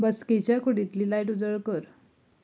बसकेच्या कुडीतली लायट उजळ कर